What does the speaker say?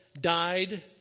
died